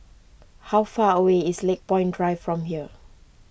how far away is Lakepoint Drive from here